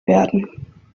werden